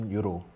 Euro